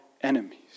enemies